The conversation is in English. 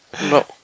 No